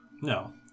No